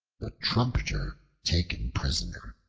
the trumpeter taken prisoner